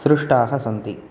सृष्टाः सन्ति